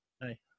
Hey